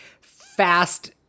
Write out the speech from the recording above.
fast